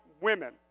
women